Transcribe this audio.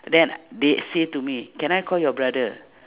then they say to me can I call your brother